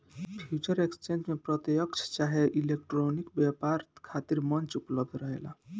future exchange में प्रत्यकछ चाहे इलेक्ट्रॉनिक व्यापार खातिर मंच उपलब्ध रहेला